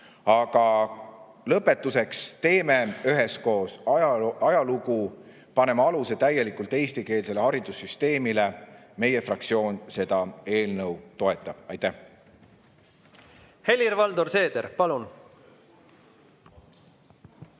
Aga lõpetuseks: teeme üheskoos ajalugu, paneme aluse täielikult eestikeelsele haridussüsteemile. Meie fraktsioon seda eelnõu toetab. Aitäh! Helir-Valdor Seeder, palun!